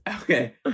Okay